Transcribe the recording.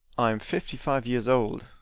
i am fifty-five years old.